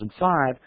2005